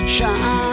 Shine